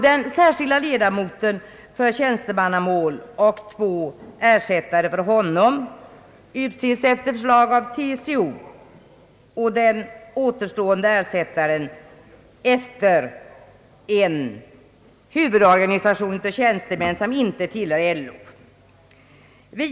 Den särskilde ledamoten för tjänstemannamål och två ersättare för honom utses efter förslag av TCO och den återstående ersättaren efter förslag av annan huvudorganisation för tjänstemän som inte tillhör LO.